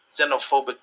xenophobic